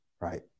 right